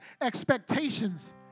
expectations